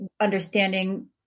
understanding